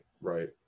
Right